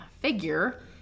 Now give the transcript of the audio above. figure